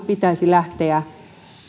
pitäisi lähteä